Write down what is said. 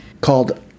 Called